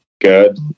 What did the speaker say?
good